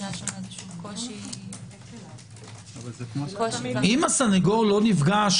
אם הסנגור לא נפגש,